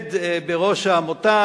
עומד בראש העמותה,